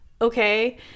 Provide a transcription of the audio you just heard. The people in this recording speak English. okay